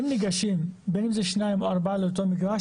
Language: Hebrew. אם ניגשים בין אם זה 2 או 4 לאותו מגרש,